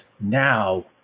now